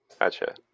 Gotcha